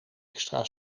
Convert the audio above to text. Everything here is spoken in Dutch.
extra